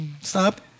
Stop